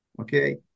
okay